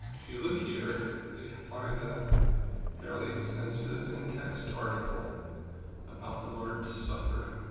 if you look here, you find a fairly extensive in text article about the lord's supper,